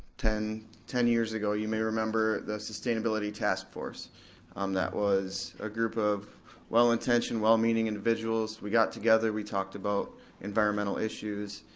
ten ten years ago, you may remember the sustainability task force um that was a group of well-intentioned, well-meaning individuals, we got together, we talked about environmental issues.